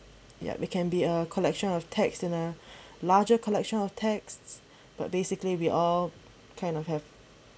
ya it can be a collection of texts in a larger collection of texts but basically we all kind of have